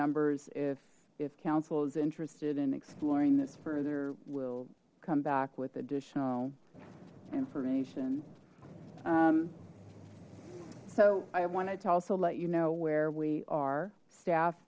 numbers if if council is interested in exploring this further we'll come back with additional information so i wanted to also let you know where we are staff